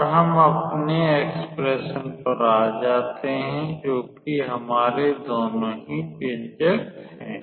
और हम अपने व्यंजक पर आ जाते हैं जोकि हमारे दोनों ही व्यंजक हैं